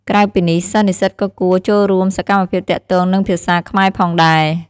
ក្រៅពីនេះ សិស្សនិស្សិតក៏គួរ ចូលរួមសកម្មភាពទាក់ទងនឹងភាសាខ្មែរផងដែរ។